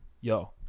yo